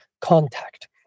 contact